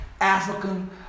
African